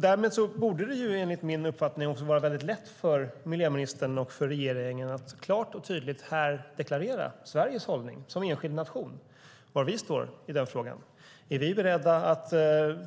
Därmed borde det enligt min uppfattning också vara väldigt lätt för miljöministern och regeringen att klart och tydligt här deklarera Sveriges hållning som enskild nation, var vi står i frågan. Är vi beredda att